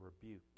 rebuke